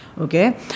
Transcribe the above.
okay